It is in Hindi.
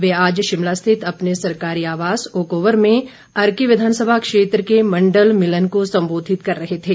वे आज शिमला स्थित अपने सरकारी आवास ओकओवर में अर्की विधानसभा क्षेत्र के मंडल मिलन को संबोधित कर रहे थे